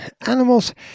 animals